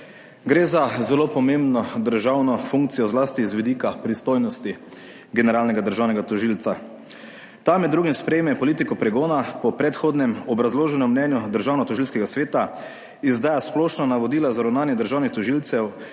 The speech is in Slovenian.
Gre za zelo pomembno državno funkcijo, zlasti z vidika pristojnosti generalnega državnega tožilca. Ta med drugim sprejme politiko pregona po predhodnem obrazloženem mnenju Državnotožilskega sveta, izdaja splošna navodila za ravnanje državnih tožilcev